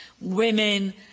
Women